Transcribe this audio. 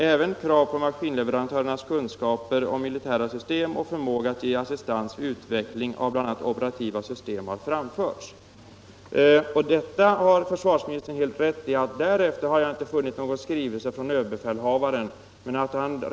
Även krav på maskinleverantörernas kunskaper om militära system och förmåga att ge assistans vid utvecklingen av bl.a. operativa system har framförts.” Efter denna tidpunkt finns inte, såvitt jag vet, några skrivelser från överbefälhavaren — på den punkten har försvarsministern rätt.